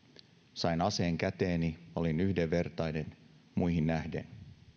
sain aseen käteeni olin yhdenvertainen muihin nähden